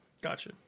Gotcha